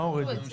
מה הורידו?